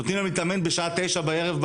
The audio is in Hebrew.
נותנים להן להתאמן בשעה תשע בערב,